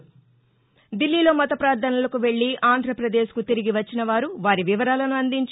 కొత్తదిల్లీలో మత ప్రార్ధనలకు వెల్లి ఆంధ్రప్రదేశ్కు తిరిగి వచ్చినవారు వారి వివరాలను అందించి